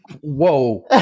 Whoa